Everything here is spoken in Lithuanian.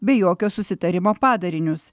be jokio susitarimo padarinius